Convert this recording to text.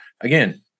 again